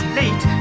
late